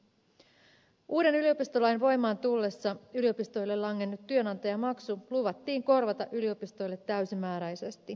uuden yliopistolain voimaan tullessa yliopistoille langennut työnantajamaksu luvattiin korvata yliopistoille täysimääräisesti